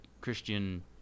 Christian